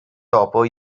dopo